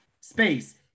Space